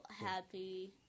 happy